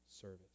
service